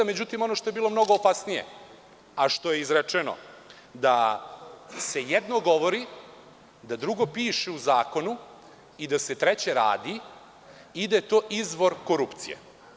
Međutim, ono što je bilo mnogo opasnije, a što je izrečeno, da se jedno govori, drugo piše u zakonu i da se treće radi i da je to izvor korupcije.